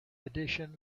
edition